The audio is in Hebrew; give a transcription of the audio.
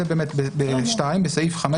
"(2)בסעיף 5,